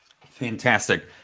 fantastic